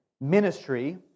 ministry